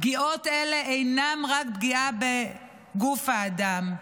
פגיעות אלה אינן רק פגיעה בגוף האדם,